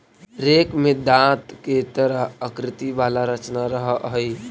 rake में दाँत के तरह आकृति वाला रचना रहऽ हई